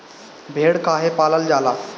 भेड़ काहे पालल जाला?